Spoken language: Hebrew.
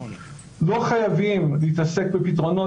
לא חייבים להתעסק בפתרונות,